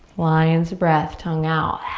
lion's breath, tongue out.